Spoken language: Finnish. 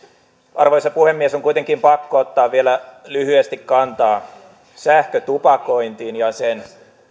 arvoisa puhemies on kuitenkin pakko ottaa vielä lyhyesti kantaa sähkötupakointiin ja sen